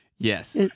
Yes